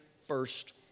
first